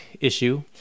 issue